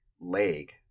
leg